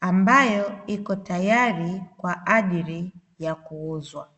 ambayo ipo tayari kwa ajili ya kuuzwa.